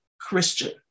Christian